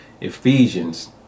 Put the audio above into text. Ephesians